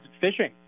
fishing